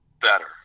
better